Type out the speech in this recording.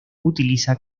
utiliza